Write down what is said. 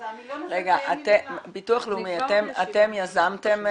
אז אני לא --- ביטוח לאומי, אתם יזמתם,